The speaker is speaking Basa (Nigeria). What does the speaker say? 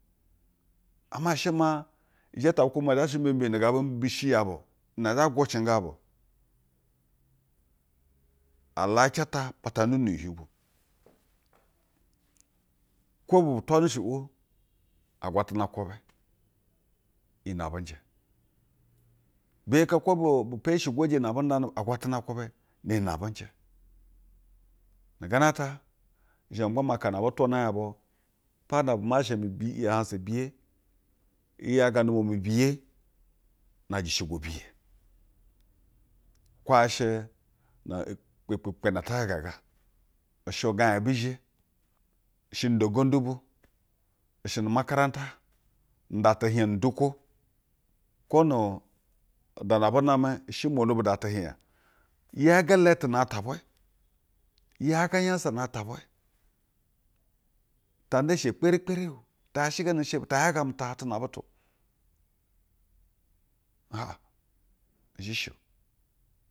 Ama shɛ maa, ijetɛ abu kwube zha she mo bu mbiyono gabu mbishi nyabu na zha gwucenga bu, alaace ata patane nu utiuhiu bu. Kwo bu bu twane shɛ ʊro, agwatana kwube iyi ne abɛ njɛ. Bi eri kaa kwo bu bu penishi gwoje na abu ndane bu, agwatana kwube ni iyi ne abɛ njɛ. Nu gana ata. I zheme ma gba maa akana aby twa na nyabu, pana masha mu bi, ahansa biye. Ki iyago n-ndumwa mi biye. Na jeshegwa biye. Kwa yaa she ne ekpakpa na ata gegaga ishe ugaij ebi zhe, ishe nu da ugondu bu, i shɛ nu makaranta, nuda tɛhigya nuudukwo kwo nuudana abu namɛ i shɛ umwono bu da techigya yaga iletu na atwa vwe tanda eshe kperikperi o. Ta hashe gana eshe o. Ta yago ame tuhagtu na butu a izhe shɛ